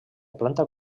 planta